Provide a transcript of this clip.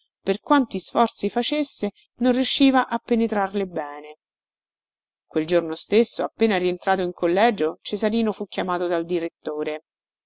per quanti sforzi facesse non riusciva a penetrarle bene quel giorno stesso appena rientrato in collegio cesarino fu chiamato dal direttore